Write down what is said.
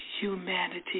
humanity